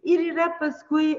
ir yra paskui